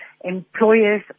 employers